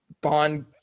Bond